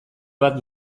bat